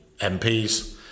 MPs